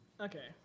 Okay